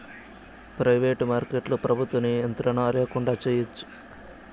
private మార్కెట్లో ప్రభుత్వ నియంత్రణ ల్యాకుండా చేయచ్చు